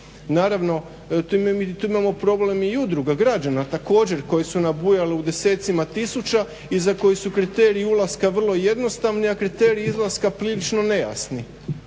Naravno, mi tu imamo problem i udruga građana također koje su nabujale u desecima tisuća i za koje su kriteriji ulaska vrlo jednostavni, a kriteriji izlaska prilično nejasni.